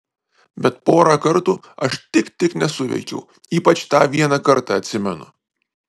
bet porą kartų aš tik tik nesuveikiau ypač tą vieną kartą atsimenu